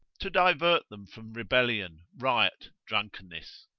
to divert them from rebellion, riot, drunkenness,